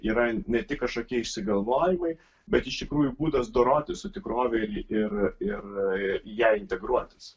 yra ne tik kažkokie išsigalvojimai bet iš tikrųjų būdas dorotis su tikrove ir ir į ją integruotis